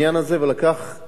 ולקח לי,